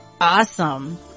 Awesome